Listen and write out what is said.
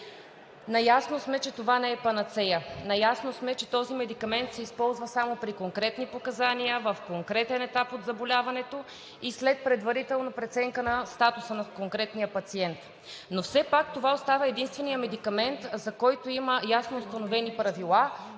Наясно сме, че това не е панацея, наясно сме, че този медикамент се използва само при конкретни показания в конкретен етап от заболяването и след предварителна преценка на статуса на конкретния пациент. Но все пак това остава единственият медикамент, за който има ясно установени правила